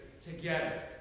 together